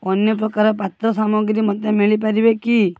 ଅନ୍ୟ ପ୍ରକାରର ପାତ୍ର ସାମଗ୍ରୀ ମୋତେ ମିଳିପାରିବ କି